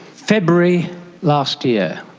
february last year,